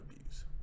abuse